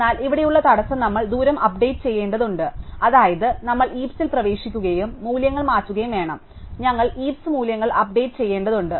എന്നാൽ ഇവിടെയുള്ള തടസ്സം നമ്മൾ ദൂരം അപ്ഡേറ്റ് ചെയ്യേണ്ടതുണ്ട് അതായത് നമ്മൾ ഹീപ്സിൽ പ്രവേശിക്കുകയും മൂല്യങ്ങൾ മാറ്റുകയും വേണം അതിനാൽ ഞങ്ങൾ ഹീപ്സ് മൂല്യങ്ങൾ അപ്ഡേറ്റ് ചെയ്യേണ്ടതുണ്ട്